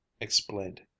explained